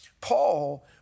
Paul